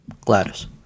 Gladys